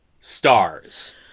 stars